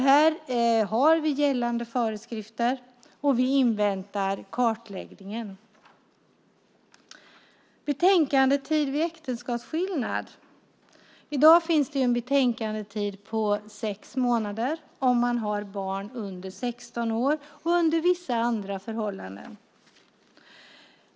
Här har vi gällande föreskrifter, och vi inväntar kartläggningen. Nästa område är betänketid vid äktenskapsskillnad. I dag finns det en betänketid på sex månader om man har barn under 16 år och under vissa andra förhållanden.